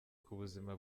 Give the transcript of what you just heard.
kubuzima